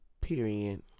period